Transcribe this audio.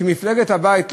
שמפלגת הבית,